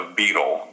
beetle